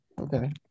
Okay